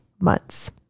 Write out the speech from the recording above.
months